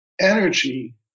energy